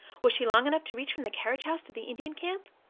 was she long enough to reach from the carriage house to the indian camp?